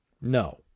no